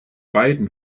beiden